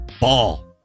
Ball